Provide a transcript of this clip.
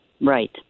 Right